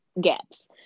gaps